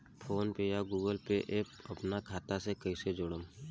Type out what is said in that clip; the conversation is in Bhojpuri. फोनपे या गूगलपे पर अपना खाता के कईसे जोड़म?